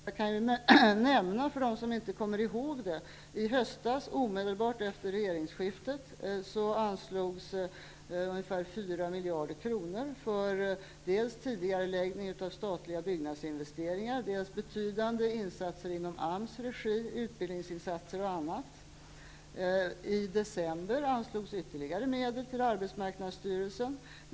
Jag kan nämna för dem som inte kommer ihåg det att i höstas, omedelbart efter regeringsskiftet, anslogs ungefär 4 miljarder kronor för dels tidigareläggning av statliga byggnadsinvesteringar, dels betydande insatser i AMS regi, bl.a. för utbildning. I december anslogs ytterligare medel till arbetsmarknadsstyrelsen.